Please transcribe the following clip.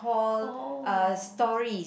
oh